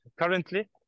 currently